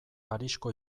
parisko